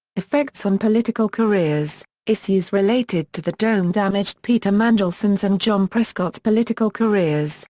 effects on political careers issues related to the dome damaged peter mandelson's and john prescott's political careers.